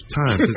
time